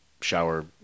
shower